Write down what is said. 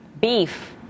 beef